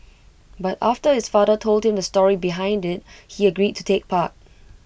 but after his father told him the story behind IT he agreed to take part